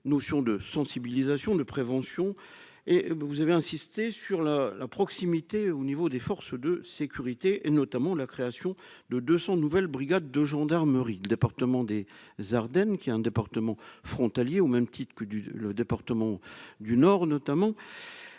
notion de sensibilisation, de prévention et vous, vous avez insisté sur la la proximité au niveau des forces de sécurité, notamment la création de 200 nouvelles brigades de gendarmerie du département des Ardennes, qui a un département frontalier au même titre que le département du Nord, notamment,